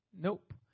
nope